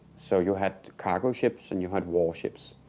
so, you had cargo ships and you had warships.